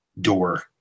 door